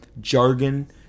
jargon